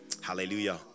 Hallelujah